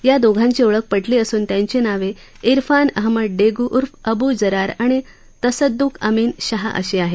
या दोघांची ओळख पटली असून त्यांची नावे जिफान अहमद डेगू उर्फ अबु जरार आणि तसद्दुक अमिन शाह अशी आहेत